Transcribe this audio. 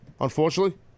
unfortunately